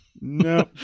No